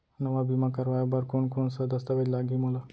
नवा बीमा करवाय बर कोन कोन स दस्तावेज लागही मोला?